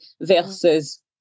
versus